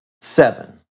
Seven